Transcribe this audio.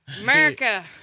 America